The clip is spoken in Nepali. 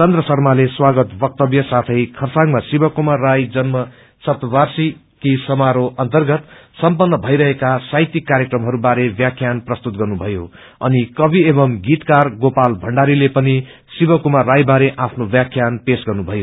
चन्द्र शामलि स्वागत वक्तव्य साथै खरसाङमा शिवकुमार राई जन्म शतवार्षिद्वी समारोह अन्तगत सम्पन्न भइरहेका साहित्यक कार्यक्रमहस्बारे व्याख्यान प्रस्तुत गर्नु भयो अनि कवि एवं गीतक्वर गोपाल भण्डारीले पनि शिक्कूमार राईबारे आफ्नो व्याख्यान पेश गर्नुमयो